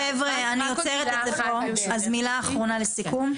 חבר'ה אני עוצרת את זה אז מילה אחרונה לסיכום.